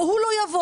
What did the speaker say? או הוא לא יבוא.